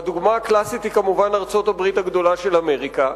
והדוגמה הקלאסית היא כמובן ארצות-הברית של אמריקה,